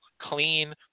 clean